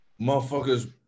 motherfuckers